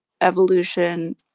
evolution